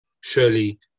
Surely